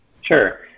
Sure